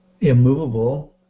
immovable